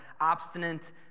obstinate